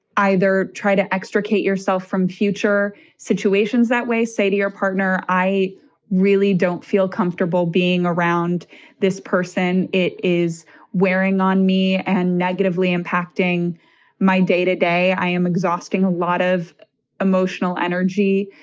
either try to extricate yourself from future situations that way, say to your partner, i really don't feel comfortable being around this person, it is wearing on me and negatively impacting my day to day. i am exhausting a lot of emotional energy